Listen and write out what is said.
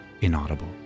Inaudible